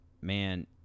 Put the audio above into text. man